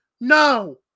No